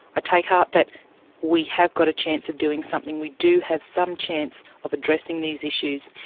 ah take heart that we have got a chance of doing something, we do have some chance of addressing these issues.